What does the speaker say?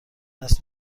است